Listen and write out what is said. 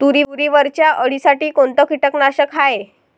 तुरीवरच्या अळीसाठी कोनतं कीटकनाशक हाये?